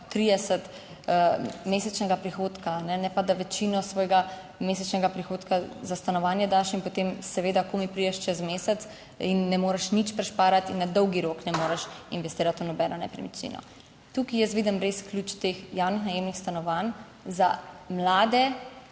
30, mesečnega prihodka, ne pa da večino svojega mesečnega prihodka za stanovanje daš in potem seveda komaj prideš čez mesec in ne moreš nič prišparati in na dolgi rok ne moreš investirati v nobeno nepremičnino. Tukaj jaz vidim res ključ teh javnih najemnih stanovanj za mlade,